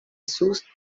sus